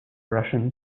russian